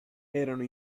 erano